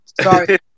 Sorry